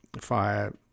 fire